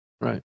right